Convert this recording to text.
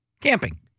Camping